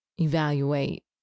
evaluate